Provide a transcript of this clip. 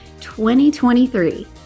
2023